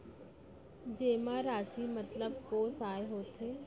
जेमा राशि मतलब कोस आय होथे?